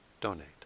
donate